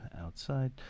outside